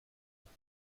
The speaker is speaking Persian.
تقبل